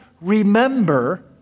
remember